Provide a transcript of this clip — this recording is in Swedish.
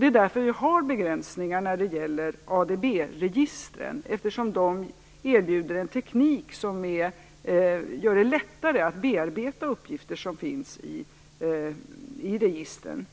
Det är därför vi har begränsningar när det gäller ADB-registren, eftersom de erbjuder en teknik som gör det lättare att bearbeta uppgifter som finns i registren.